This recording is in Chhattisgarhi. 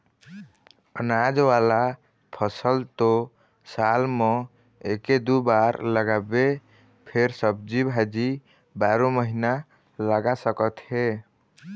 अनाज वाला फसल तो साल म एके दू बार लगाबे फेर सब्जी भाजी बारो महिना लगा सकत हे